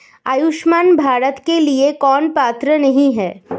आयुष्मान भारत के लिए कौन पात्र नहीं है?